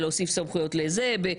להוציא סמכויות לזה וכולי,